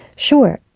sure,